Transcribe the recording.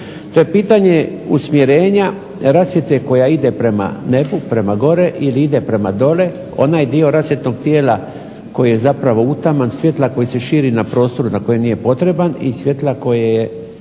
To je pitanje usmjerenja rasvjete koja ide prema nebu, koja ide prema gore ili ide prema dolje. Onaj dio rasvjetnog tijela koji je zapravo utaman svjetla koji se širi na prostoru na kojem nije potreban i svjetla ide prema